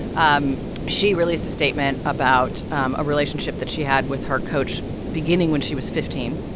um she released a statement about um a relationship that she had with her coach beginning when she was fifteen